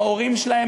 ההורים שלהם,